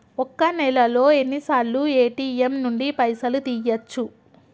ఒక్క నెలలో ఎన్నిసార్లు ఏ.టి.ఎమ్ నుండి పైసలు తీయచ్చు?